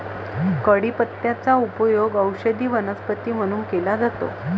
कढीपत्त्याचा उपयोग औषधी वनस्पती म्हणून केला जातो